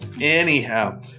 Anyhow